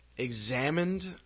examined